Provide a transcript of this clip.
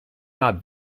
not